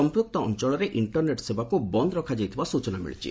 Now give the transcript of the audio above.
ସମ୍ପୂକ୍ତ ଅଞ୍ଚଳରେ ଇଣ୍ଟରନେଟ୍ ସେବାକୁ ବନ୍ଦ୍ ରଖାଯାଇଥିବା ସ୍ଚନା ମିଳିଛି